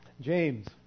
James